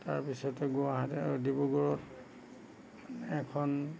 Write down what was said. তাৰপিছতে গুৱাহাটীত ডিব্ৰুগড়ত এখন